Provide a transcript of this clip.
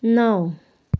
नौ